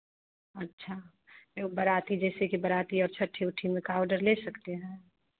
अच्छा जो बराती जैसे कि बराती छट्टी वट्टी में का आर्डर ले सकते हैं